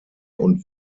und